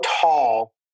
tall